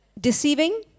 Deceiving